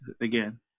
again